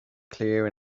clear